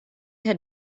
had